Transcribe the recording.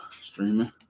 streaming